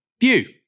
view